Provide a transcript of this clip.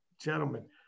gentlemen